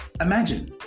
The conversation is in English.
Imagine